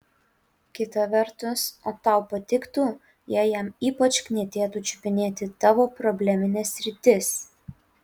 kita vertus o tau patiktų jei jam ypač knietėtų čiupinėti tavo problemines sritis